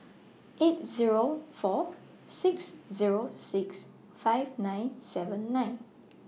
eight Zero four six Zero six five nine seven nine